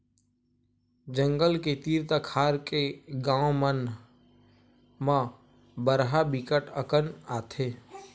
जंगल के तीर तखार के गाँव मन म बरहा बिकट अकन आथे